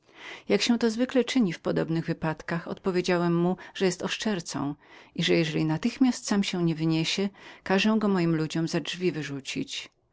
jak się zwykle postępuje w podobnych wypadkach odpowiedziałem mu że był oszczercą i że jeżeli natychmiast sam się nie wyniesie każę go moim ludziom za drzwi wyrzucić